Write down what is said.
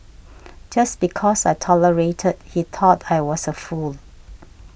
just because I tolerated he thought I was a fool